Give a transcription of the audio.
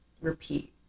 repeat